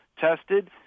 tested